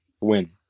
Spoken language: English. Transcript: win